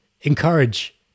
encourage